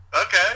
Okay